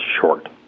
short